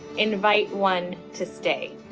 invite one to stay.